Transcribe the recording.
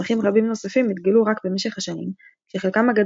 מסמכים רבים נוספים התגלו רק במשך השנים כשחלקם הגדול